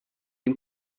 dem